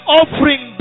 offering